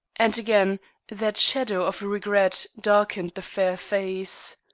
and again that shadow of regret darkened the fair face.